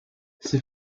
ses